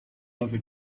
ever